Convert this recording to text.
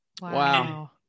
wow